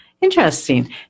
Interesting